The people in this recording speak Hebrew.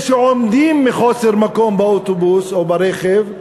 שעומדים מחוסר מקום באוטובוס או ברכב,